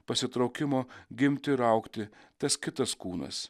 pasitraukimo gimti ir augti tas kitas kūnas